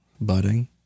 Budding